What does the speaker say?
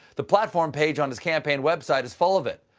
the platform page on his campaign website is full of it.